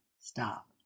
stop